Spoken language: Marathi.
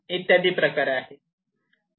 इत्यादी आहे